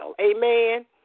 amen